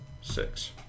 six